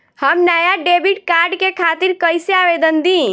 हम नया debit card के खातिर कइसे आवेदन दीं?